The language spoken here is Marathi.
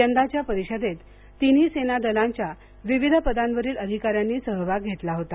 यंदाच्या परिषदेत तिन्ही सेना दलांच्या विविध पदांवरील अधिकाऱ्यांनी सहभाग घेतला होता